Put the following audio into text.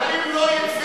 אבל את המתנחלים לא יתפסו.